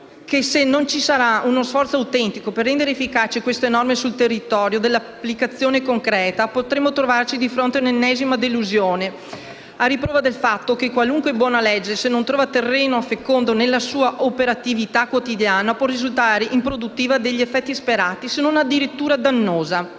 se non ci sarà uno sforzo autentico per rendere efficaci queste norme sul terreno dell'applicazione concreta, potremmo trovarci di fronte all'ennesima delusione a riprova del fatto che qualunque buona legge, se non trova terreno fecondo nella sua operatività quotidiana, può risultare improduttiva degli effetti sperati, se non addirittura dannosa.